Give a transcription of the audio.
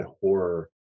horror